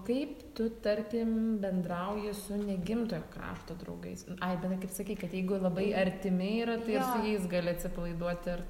kaip tu tarkim bendrauji su negimtojo krašto draugais ai bendrai kaip tu sakei kad jeigu labai artimi yra tai ir su jais gali atsipalaiduot ir